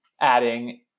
adding